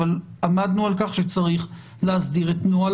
אבל עמדנו על כך שצריך להסדיר את נוהל